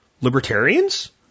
Libertarians